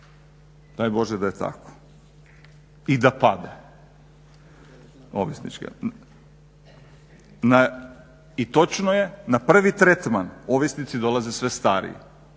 Daj Bože da je tako i da pada, ovisnička. I točno je na prvi tretman ovisnici dolaze sve stariji.